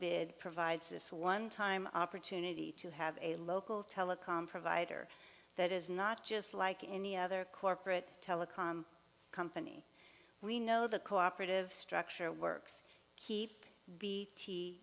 bid provides this one time opportunity to have a local telecom provider that is not just like any other corporate telecom company we know the cooperative structure works ke